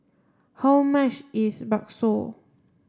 how much is Bakso